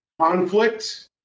conflict